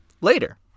later